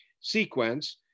sequence